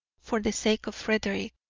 for the sake of frederick,